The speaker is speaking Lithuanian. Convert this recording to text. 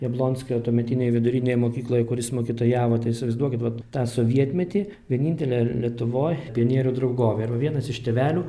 jablonskio tuometinėj vidurinėje mokykloje kur jis mokytojavote tai įsivaizduokit vat tą sovietmetį vienintelė lietuvoj pionierių draugovė ir va vienas iš tėvelių